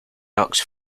ducks